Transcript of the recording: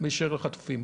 באשר לחטופים.